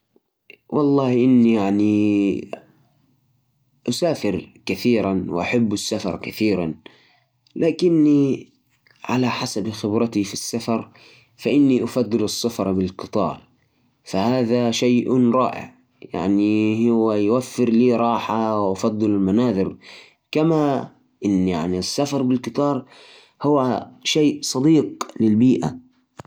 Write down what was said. افضل السفر بالسيارة احبها لإنها تعطيك حرية في اختيار الطريق والوقت وتخليك تتوقف في اي مكان يعجبك كمان السفر بالسيارة يكون اكثر راحة وخصوصاً اذا كنت مع العائلة او الاصدقاء لكن احيانا السفر بالقطار يكون ممتع لانه يعطيك فرصة للإستمتاع بالمناظر الطبيعية